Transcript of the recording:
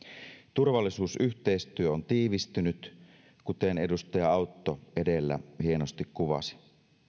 turvallisuusyhteistyö on tiivistynyt kuten edustaja autto edellä hienosti kuvasi